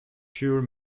cure